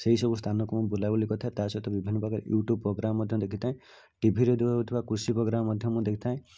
ସେହି ସବୁ ସ୍ଥାନକୁ ମୁଁ ବୁଲାବୁଲି କରିଥାଏ ତାସହିତ ବିଭିନ୍ନ ପ୍ରକାର ୟୁଟ୍ୟୁବ ପ୍ରୋଗ୍ରାମ ମଧ୍ୟ ଦେଖିଥାଏ ଟିଭିରେ ଦେଉଥିବା କୃଷି ପ୍ରୋଗ୍ରାମ ମଧ୍ୟ ମୁଁ ଦେଖିଥାଏ